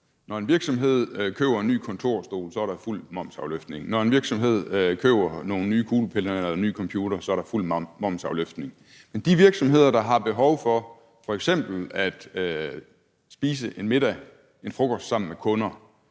Når en virksomhed køber en ny kontorstol, er der fuld momsafløftning; når en virksomhed køber nogle nye kuglepenne eller en ny computer, er der fuld momsafløftning. Men de virksomheder, hvor der er et behov for, at der f.eks. skal spises en middag eller en frokost sammen med kunder,